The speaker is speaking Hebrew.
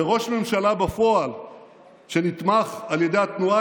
וראש ממשלה בפועל שנתמך על ידי התנועה